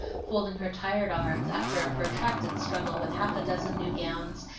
folding her tired arms after a protracted struggle with half a dozen new gowns,